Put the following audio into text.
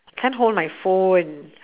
can't hold my phone